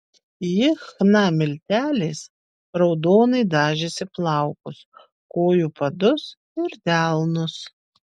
ji chna milteliais raudonai dažėsi plaukus kojų padus ir delnus